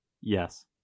Yes